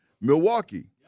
Milwaukee